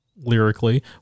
lyrically